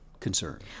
concern